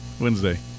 Wednesday